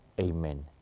Amen